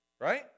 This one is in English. right